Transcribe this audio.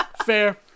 fair